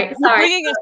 sorry